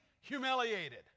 humiliated